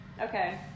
Okay